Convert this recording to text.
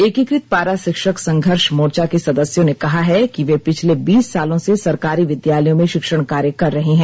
एकीकृत पारा शिक्षक संघर्ष मोर्चा के सदस्यों ने कहा कि वे पिछले बीस सालों से सरकारी विद्यालयों में शिक्षण कार्य कर रहे हैं